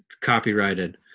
Copyrighted